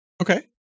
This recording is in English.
Okay